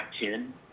ten